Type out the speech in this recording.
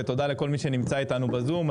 ותודה לכל מי שנמצא אתנו בזום.